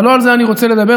אבל לא על זה אני רוצה לדבר,